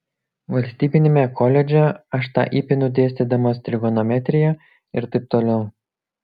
valstybiniame koledže aš tą įpinu dėstydamas trigonometriją ir taip toliau